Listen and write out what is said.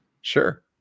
Sure